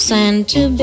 Santa